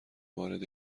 وارد